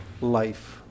life